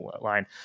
line